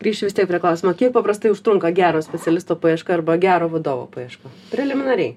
grįšiu vis tiek prie klausimo kiek paprastai užtrunka gero specialisto paieška arba gero vadovo paieška preliminariai